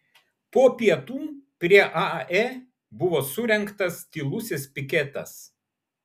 po pietų prie ae buvo surengtas tylusis piketas